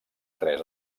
tres